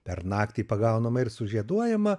per naktį pagaunama ir sužieduojama